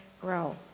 grow